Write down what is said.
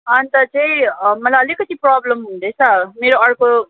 अन्त चाहिँ मलाई अलिकति प्रब्लम हुँदैछ मेरो अर्को